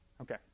Okay